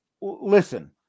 Listen